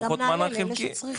אבל גם נעלה לאלה שצריכים.